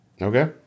Okay